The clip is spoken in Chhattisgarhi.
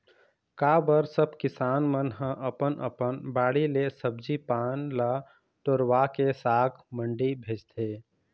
का बर सब किसान मन ह अपन अपन बाड़ी ले सब्जी पान ल टोरवाके साग मंडी भेजथे